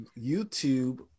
youtube